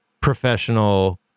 professional